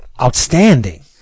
outstanding